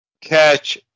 catch